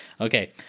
Okay